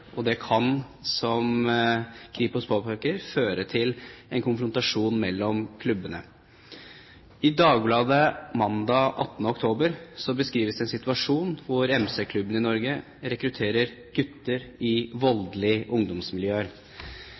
og det kan, som Kripos påpeker, føre til en konfrontasjon mellom klubbene. I Dagbladet mandag 18. oktober beskrives en situasjon hvor MC-klubbene i Norge rekrutterer gutter i voldelige ungdomsmiljøer.